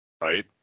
Right